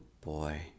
boy